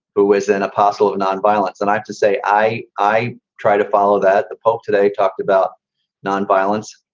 who is an apostle of nonviolence, and i have to say i, i try to follow that the pope today talked about nonviolence.